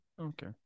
Okay